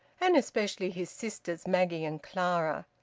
and especially his sisters, maggie and clara.